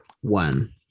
One